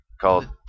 called